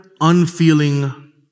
unfeeling